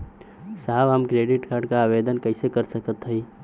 साहब हम credit card क आवेदन कइसे कर सकत हई?